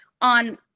on